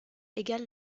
égale